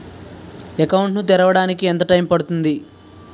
Account ను తెరవడానికి ఎంత టైమ్ పడుతుంది?